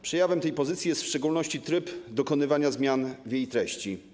Przejawem tej pozycji jest w szczególności tryb dokonywania zmian w jej treści.